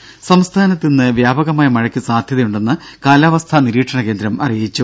ദേദ സംസ്ഥാനത്ത് ഇന്ന് വ്യാപകമായി മഴയ്ക്ക് സാധ്യതയുണ്ടെന്ന് കാലാവസ്ഥാ നിരീക്ഷണ കേന്ദ്രം അറിയിച്ചു